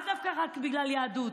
לאו דווקא רק בגלל יהדות.